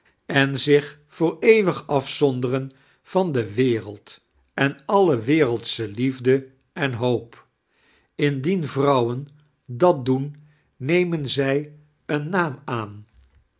en zich voor eeuwig afztondeiren van de wereld en alle werefldsehe liefde en hoop indien vtrouwen dat doen nemen zij een naam aan